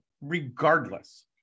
regardless